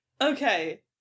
Okay